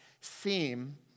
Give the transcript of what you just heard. seem